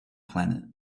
planet